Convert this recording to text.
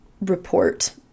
report